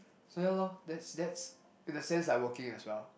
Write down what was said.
so ya lor that's that's in a sense like working as well